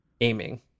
aiming